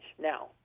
now